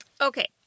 Okay